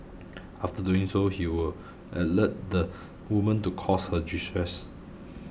after doing so he would alert the woman to cause her distress